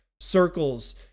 circles